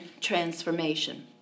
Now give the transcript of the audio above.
transformation